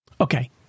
Okay